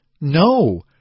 no